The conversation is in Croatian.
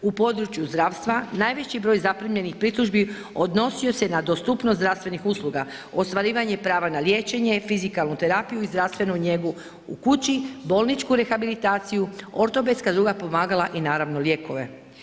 U području zdravstva najveći broj zaprimljenih pritužbi odnosio se na dostupnost zdravstvenih usluga, ostvarivanje prava na liječenje, fizikalnu terapiju i zdravstvenu njegu u kući, bolničku rehabilitaciju, ortopedska i druga pomagala i naravno lijekove.